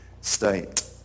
state